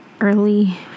early